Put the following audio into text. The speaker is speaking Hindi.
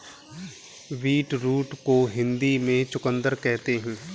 बीटरूट को हिंदी में चुकंदर कहते हैं